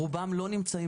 רובם לא נמצאים